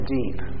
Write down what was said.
deep